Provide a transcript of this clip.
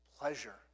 pleasure